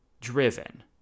driven